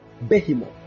behemoth